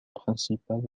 principale